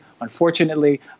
Unfortunately